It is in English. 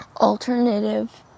alternative